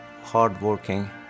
hardworking